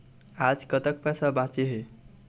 आज कतक पैसा बांचे हे?